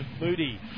Moody